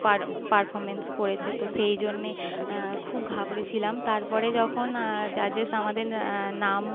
performance করেছে তো সেই জন্য খুব ঘাবড়ে ছিলাম তারপরে যখন জাজেস আমাদের নাম